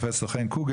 ובנוסף אני אוסיף,